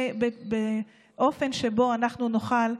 באופן שבו אנחנו נוכל,